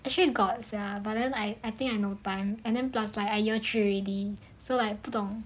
actually got sia but then I I think I no time and then plus like I'm year three already so I 不懂